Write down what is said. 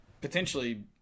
Potentially